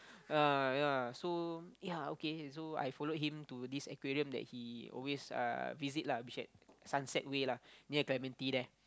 uh ya so ya okay so I followed him to this aquarium that he always uh visit lah which at Sunset-Way lah near clementi there